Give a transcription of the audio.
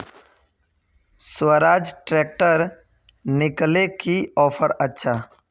Swaraj tractor किनले की offer अच्छा?